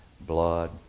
blood